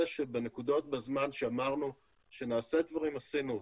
שבנקודות בזמן שאמרנו שנעשה דברים עשינו אותם.